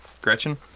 Gretchen